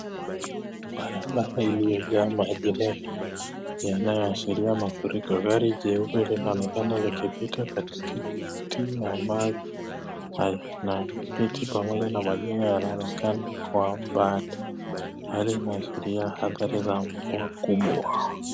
Barabara iliyo jaa maji mengi yanayo ashiria mafuriko. Gari jeupe linaonekana likipita kati kati ya maji haya na geti pamoja na majengo yanaonekana kwa umbali. Hali inaashiria hatari za mvua kubwa.